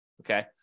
Okay